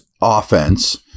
offense